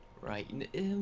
Right